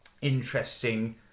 interesting